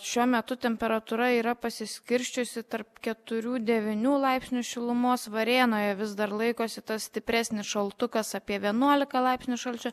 šiuo metu temperatūra yra pasiskirsčiusi tarp keturių devynių laipsnių šilumos varėnoje vis dar laikosi tas stipresnis šaltukas apie vienuolika laipsnių šalčio